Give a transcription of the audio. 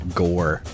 gore